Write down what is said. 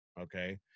okay